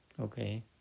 Okay